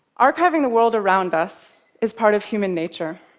archiving the world around us is part of human nature.